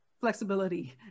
flexibility